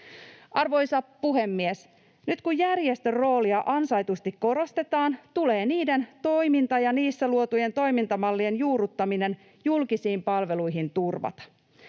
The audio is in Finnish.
Arvoisa puhemies! Nyt kun järjestön roolia ansaitusti korostetaan, tulee niiden toiminta ja niissä luotujen toimintamallien juurruttaminen julkisiin palveluihin turvata.